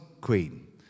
Queen